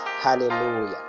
Hallelujah